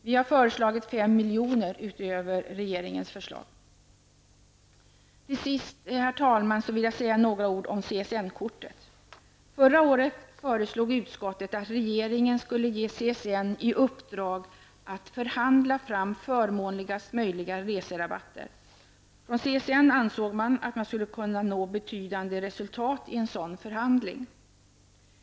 Vi har föreslagit 5 Till sist herr talman några ord om CSN-kortet. Förra året föreslog utskottet att regeringen skulle ge CSN i uppdrag att förhandla fram förmånligast möjliga reserabatter. Från CSN ansåg man att man skulle kunna nå betydande resultat i en sådan förhandling.